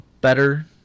better